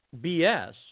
BS